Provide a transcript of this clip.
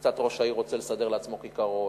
קצת ראש העיר רוצה לסדר לעצמו כיכרות,